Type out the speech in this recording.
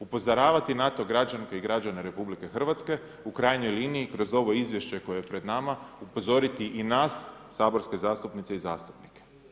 Upozoravati na to građanke i građane RH, u krajnjoj liniji kroz ovo izvješće koje je pred nama, upozoriti i nas saborske zastupnike i zastupnice.